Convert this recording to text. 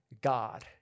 God